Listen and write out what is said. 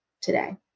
today